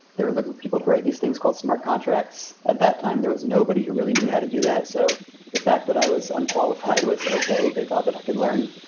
they were looking for people to write these things called smart contracts. at that time, there was nobody who really how to do that, so the fact that i was unqualified was okay. they thought that i could learn.